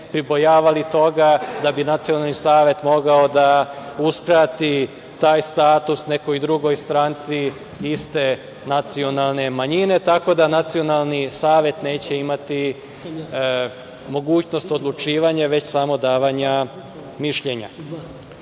pribojavali toga da bi Nacionalni savet mogao da uskrati taj status nekoj drugoj stranci iste nacionalne manjine. Tako da, Nacionalni savet neće imati mogućnost odlučivanja, već samo davanja mišljenja. Uz